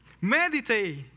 Meditate